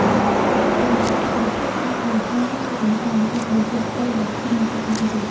ការផ្លាស់ប្តូរពី "ការបរិភោគ" មកជា "ការមើលកម្សាន្ត" គឺជាជោគជ័យដ៏ធំនៃការអភិរក្ស។